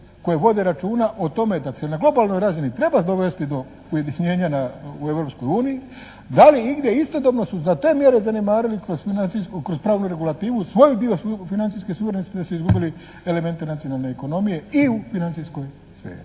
koje vode računa o tome da se na globalnoj razini treba dovesti do ujedinjenja u Europskoj uniji da li igdje istodobno su za te mjere zanemarili kroz pravnu regulativu svoju …/Govornik se ne razumije./… izgubili elemente nacionalne ekonomije i u financijskoj sferi.